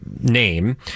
name